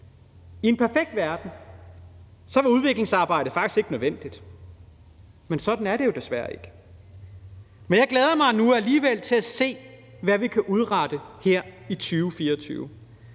I en perfekt verden var udviklingsarbejde faktisk ikke nødvendigt, men sådan er det jo desværre ikke. Men jeg glæder mig nu alligevel til at se, hvad vi kan udrette her i 2024,